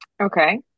Okay